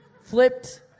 flipped